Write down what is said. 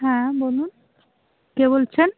হ্যাঁ বলুন কে বলছেন